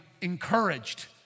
encouraged